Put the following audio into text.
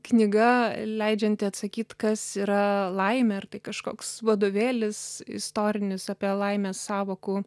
knyga leidžianti atsakyt kas yra laimė ar tai kažkoks vadovėlis istorinis apie laimės sąvokų